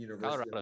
Colorado